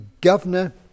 governor